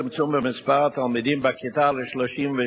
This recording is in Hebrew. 89.5% ממגישי הבקשות הם נשים.